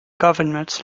government